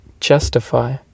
justify